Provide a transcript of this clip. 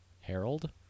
Harold